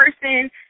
person